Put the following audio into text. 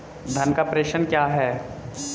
धन का प्रेषण क्या है?